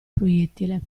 proiettile